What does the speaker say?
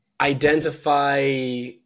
identify